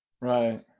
Right